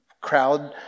crowd